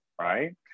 right